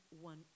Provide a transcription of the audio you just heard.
one